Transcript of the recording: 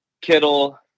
Kittle